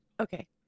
Okay